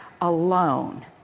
alone